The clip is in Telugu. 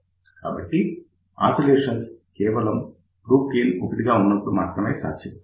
కాబట్టి ఆసిలేషన్స్ కేవలం లూప్ గెయిన్ 1 గా ఉన్నప్పుడు మాత్రమే సాధ్యం